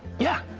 yeah.